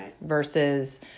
versus